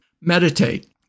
Meditate